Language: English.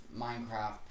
Minecraft